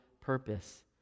purpose